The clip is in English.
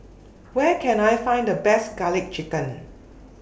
Where Can I Find The Best Garlic Chicken